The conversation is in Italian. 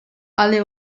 alle